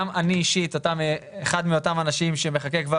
גם אני אישית אחד מאותם אנשים שמחכה כבר